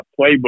playbook